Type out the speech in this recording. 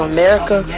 America